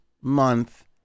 month